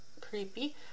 creepy